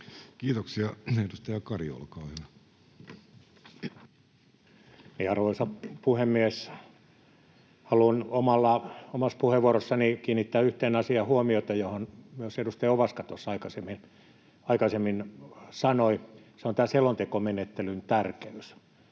Kiitoksia. — Edustaja Kari, olkaa hyvä. Arvoisa puhemies! Haluan omassa puheenvuorossani kiinnittää huomiota yhteen asiaan, josta myös edustaja Ovaska tuossa aikaisemmin sanoi. Se on tämä selontekomenettelyn tärkeys.